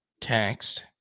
text